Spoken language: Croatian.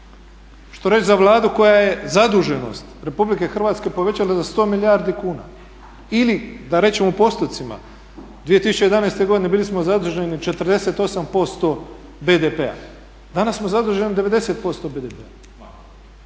Što reći za Vladu koja je zaduženost RH povećala za 100 milijardi kuna? Ili da kažem u postocima, u 2011. godini bili smo zaduženi 48% BDP-a, danas smo zaduženi 90% BDP-a.